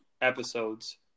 episodes